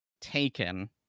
taken